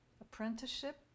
apprenticeship